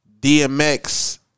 DMX